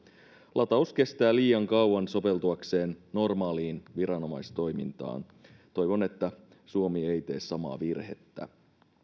lataus kestää liian kauan soveltuakseen normaaliin viranomaistoimintaan toivon että suomi ei tee samaa virhettä